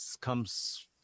comes